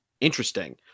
interesting